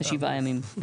ב-7 ימים.